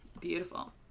Beautiful